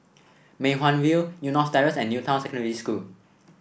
Mei Hwan View Eunos Terrace and New Town Secondary School